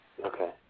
Okay